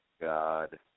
God